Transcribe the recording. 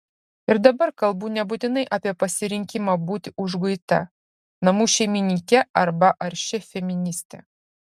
ir dabar kalbu nebūtinai apie pasirinkimą būti užguita namų šeimininke arba aršia feministe